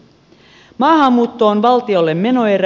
maahanmuutto on valtiolle menoerä